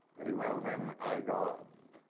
very well then, i go on.